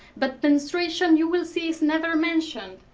but menstruation you will see is never mentioned.